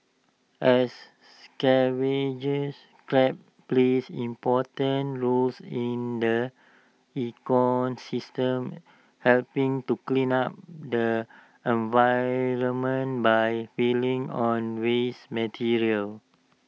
as scavengers crabs plays important roles in the ecosystem helping to clean up the environment by feeding on waste material